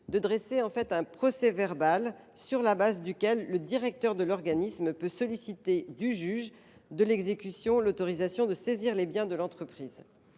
de dresser un procès verbal sur la base duquel le directeur de l’organisme peut solliciter du juge de l’exécution l’autorisation de saisir les biens de l’entreprise.